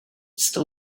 still